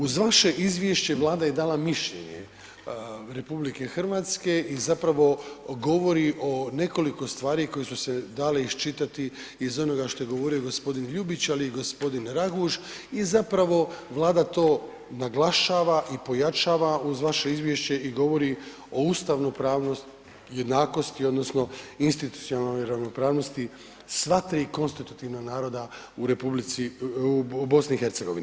Uz vaše izvješće Vlada je dala mišljenje RH i zapravo govori o nekoliko stvari koje su se dakle iščitati iz onoga što je govorio gospodin Ljubić, ali i gospodin Raguž i zapravo Vlada to naglašava i pojačava uz vaše izvješće i govori o ustavnopravnosti, jednakosti odnosno institucionalne ravnopravnosti sva tri konstitutivna naroda u BiH.